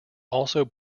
also